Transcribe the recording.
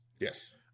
Yes